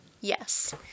Yes